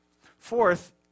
Fourth